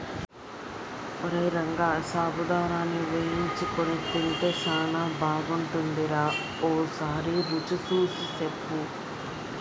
ఓరై రంగ సాబుదానాని వేయించుకొని తింటే సానా బాగుంటుందిరా ఓసారి రుచి సూసి సెప్పు